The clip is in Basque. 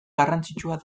garrantzitsua